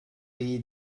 iyi